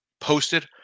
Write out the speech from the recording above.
posted